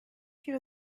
few